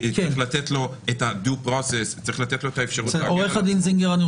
צריך לתת לו את ה-Due process --- אני מבין